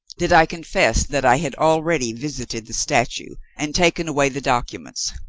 did i confess that i had already visited the statue and taken away the documents.